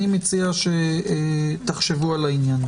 מציע שתחשבו על העניין.